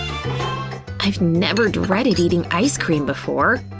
i've never dreaded eating ice cream before,